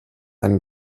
ein